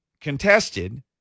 contested